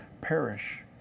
perish